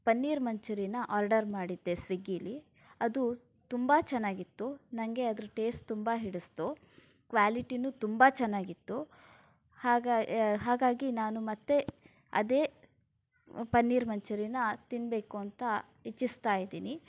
ಪನ್ನೀರ್ ಮಂಚೂರಿಯನ್ನ ಆರ್ಡರ್ ಮಾಡಿದ್ದೆ ಸ್ವಿಗ್ಗಿಯಲ್ಲಿ ಅದು ತುಂಬ ಚೆನ್ನಾಗಿತ್ತು ನನಗೆ ಅದರ ಟೇಸ್ಟ್ ತುಂಬ ಹಿಡಿಸಿತು ಕ್ವ್ಯಾಲಿಟಿಯೂ ತುಂಬ ಚೆನ್ನಾಗಿತ್ತು ಹಾಗಾ ಹಾಗಾಗಿ ನಾನು ಮತ್ತೆ ಅದೇ ಪನ್ನೀರ್ ಮಂಚೂರಿಯನ್ನ ತಿನ್ನಬೇಕು ಅಂತ ಇಚ್ಛಿಸ್ತಾ ಇದ್ದೀನಿ